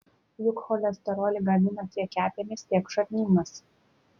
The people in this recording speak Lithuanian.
juk cholesterolį gamina tiek kepenys tiek žarnynas